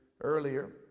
earlier